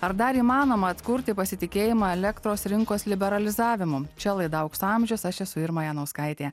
ar dar įmanoma atkurti pasitikėjimą elektros rinkos liberalizavimu čia laida aukso amžius aš esu irma janauskaitė